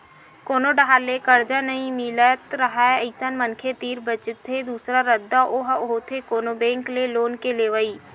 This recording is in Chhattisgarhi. कोनो डाहर ले करजा नइ मिलत राहय अइसन मनखे तीर बचथे दूसरा रद्दा ओहा होथे कोनो बेंक ले लोन के लेवई